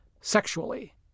Sexually